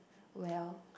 well